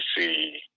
see